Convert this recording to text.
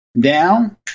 down